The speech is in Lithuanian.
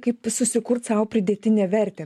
kaip susikurt sau pridėtinę vertę